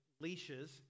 leashes